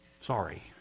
Sorry